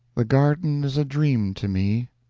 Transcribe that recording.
the garden is a dream to me.